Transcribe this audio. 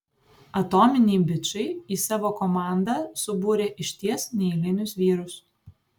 atominiai bičai į savo komandą subūrė išties neeilinius vyrus